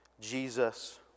Jesus